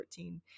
14